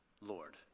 Lord